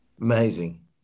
Amazing